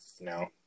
No